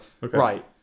right